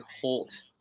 Holt